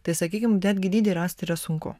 tai sakykim netgi dydį rasti yra sunku